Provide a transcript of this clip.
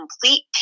complete